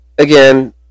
again